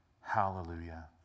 hallelujah